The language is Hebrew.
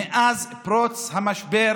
מאז פרוץ המשבר